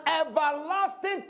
everlasting